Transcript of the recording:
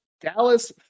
Dallas